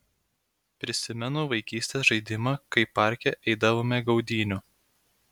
prisimenu vaikystės žaidimą kaip parke eidavome gaudynių